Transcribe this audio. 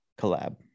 collab